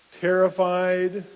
terrified